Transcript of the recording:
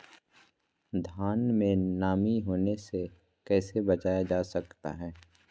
धान में नमी होने से कैसे बचाया जा सकता है?